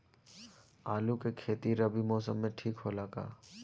आलू के खेती रबी मौसम में ठीक होला का?